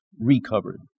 recovered